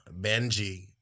Benji